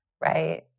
right